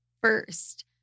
First